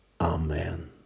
Amen